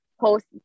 post